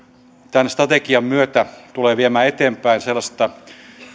tämän strategian myötä tulee viemään eteenpäin sellaista